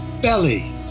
Belly